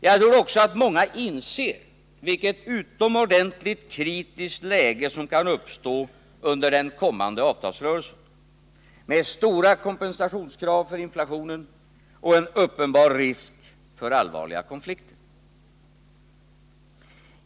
Jag tror också att många inser vilket utomordentligt kritiskt läge som kan uppstå under den kommande avtalsrörelsen, med stora krav på kompensation för inflationen och en uppenbar risk för allvarliga konflikter.